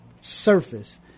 surface